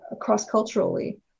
cross-culturally